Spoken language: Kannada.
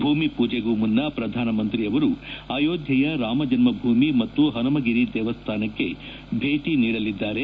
ಭೂಮಿ ಪೂಜಿಗೂ ಮುನ್ನ ಶ್ರಧಾನಮಂತ್ರಿ ಅವರು ಅಯೋಧ್ಯಯ ರಾಮಜನ್ನಭೂಮಿ ಮತ್ತು ಪನುಮಗಿರಿ ದೇವಸ್ಥಾನಕ್ಕೆ ಭೇಟಿ ನೀಡಲಿದ್ದಾರೆ